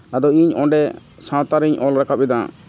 ᱟᱫᱚ ᱤᱧ ᱚᱸᱰᱮ ᱥᱟᱶᱛᱟ ᱨᱤᱧ ᱚᱞ ᱨᱟᱠᱟᱵ ᱮᱫᱟ